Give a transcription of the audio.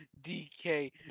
DK